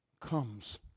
comes